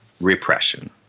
repression